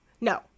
no